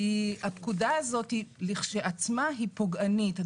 כי הפקודה הזאת כשלעצמה היא פוגענית.